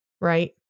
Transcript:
right